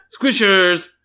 Squishers